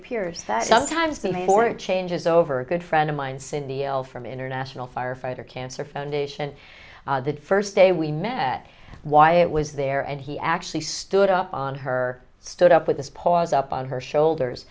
appears that sometimes before changes over a good friend of mine cindy l from international firefighter cancer foundation that first day we met why it was there and he actually stood up on her stood up with us paws up on her shoulders